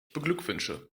beglückwünsche